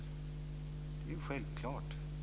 Det är självklart.